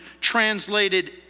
translated